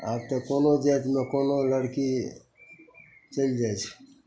आब तऽ कोनो जातिमे कोनो लड़की चलि जाइ छै